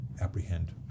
apprehend